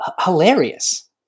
hilarious